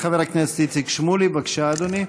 חבר הכנסת איציק שמולי, בבקשה, אדוני.